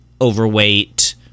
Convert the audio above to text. Overweight